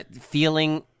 feeling